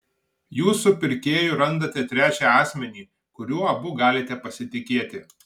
jūs su pirkėju randate trečią asmenį kuriuo abu galite pasitikėti